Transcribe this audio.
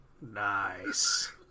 Nice